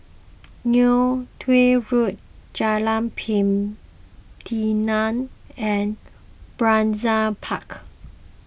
Neo Tiew Road Jalan Pelatina and Brizay Park